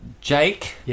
Jake